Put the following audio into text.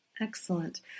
Excellent